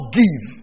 give